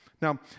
Now